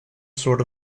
sort